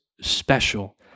special